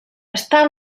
està